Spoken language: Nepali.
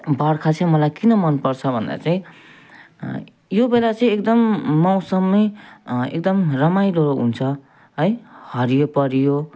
बर्खा चाहिँ मलाई किन मनपर्छ भन्दा चाहिँ यो बेला चाहिँ एकदम मौसम नै एकदम रमाइलो हुन्छ है हरियो परियो